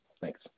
Thanks